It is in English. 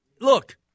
Look